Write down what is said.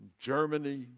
Germany